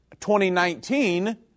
2019